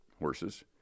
horses